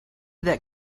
that